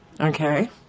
Okay